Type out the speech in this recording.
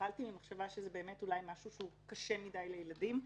התחלתי ממחשבה שזה באמת אולי משהו שהוא קשה מדי לילדים,